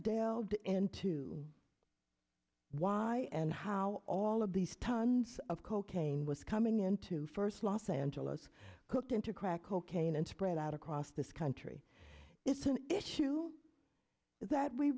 delved into why and how all of these tons of cocaine was coming into first los angeles hooked into crack cocaine and spread out across this country is an issue that we